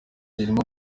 ririmo